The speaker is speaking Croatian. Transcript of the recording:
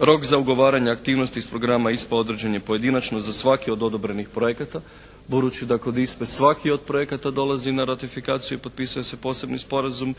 rok za ugovaranje aktivnosti iz programa ISPA određen je pojedinačno za svaki od odobrenih projekata budući da kod ISPA-e svaki od projekata dolazi na ratifikaciju, potpisuje se posebni sporazum,